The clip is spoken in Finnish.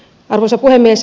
arvoisa puhemies